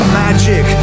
magic